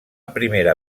primera